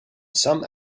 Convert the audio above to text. some